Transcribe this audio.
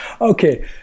Okay